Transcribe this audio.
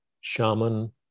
shaman